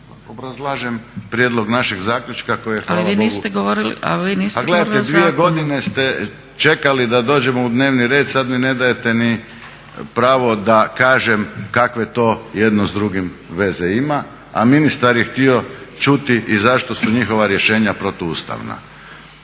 Obrazlažem prijedlog našeg zaključka koji je hvala Bogu … /Upadica Zgrebec: Ali vi niste govorili…/… Pa gledajte 2 godine ste čekali da dođemo u dnevni red sad mi ne dajete ni pravo da kažem kakve to jedne s drugim veze ima, a ministar je htio čuti i zašto su njihova rješenja protuustavna.